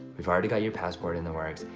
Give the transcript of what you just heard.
we've already got your passport in the works.